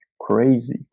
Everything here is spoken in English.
crazy